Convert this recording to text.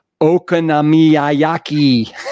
okonomiyaki